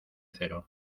cero